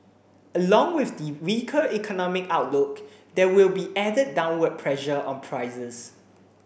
along with the weaker economic outlook there will be added downward pressure on prices